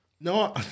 No